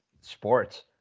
sports